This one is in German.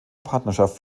partnerschaft